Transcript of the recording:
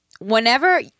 Whenever